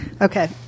Okay